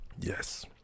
Yes